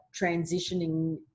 transitioning